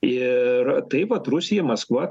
ir taip vat rusija maskva